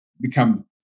become